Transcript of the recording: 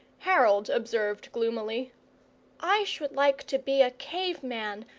harold observed, gloomily i should like to be a cave-man,